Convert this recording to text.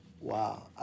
Wow